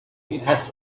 has